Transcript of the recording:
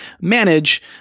manage